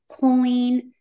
choline